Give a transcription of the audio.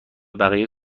بقیه